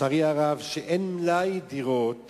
לצערי הרב, היא שאין מלאי דירות